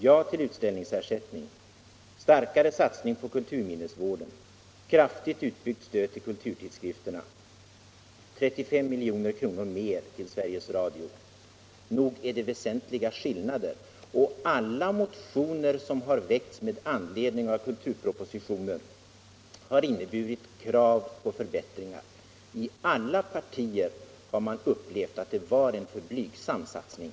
ja till utställningsersättning, starkare satsning på kulturminnesvården, kraftigt utbyggt stöd till kulturtidskrifterna och 35 Nog är det väsentliga skillnader, och alla motioner som väckts med anledning av kulturpropositionen har innehållit krav på förbättringar. I alla partier har man upplevt att det var en alltför blygsam satsning.